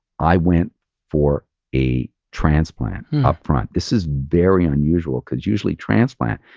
i went for a transplant upfront. this is very unusual because usually transplant,